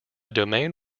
domain